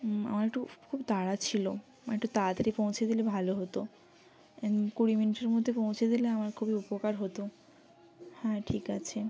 হুম আমার একটু খুব তাড়া ছিল আমায় একটু তাড়াতাড়ি পৌঁছে দিলে ভালো হতো কুড়ি মিনিটের মধ্যে পৌঁছে দিলে আমার খুবই উপকার হতো হ্যাঁ ঠিক আছে